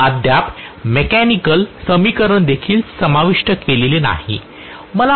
मी अद्याप मेकॅनिकल समीकरणदेखील समाविष्ट केलेले नाही